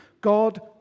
God